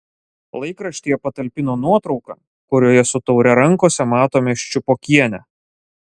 laikraštyje patalpino nuotrauką kurioje su taure rankose matome ščiupokienę